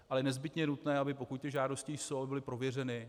Je nezbytně nutné, aby pokud ty žádosti jsou, byly prověřeny.